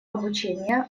обучение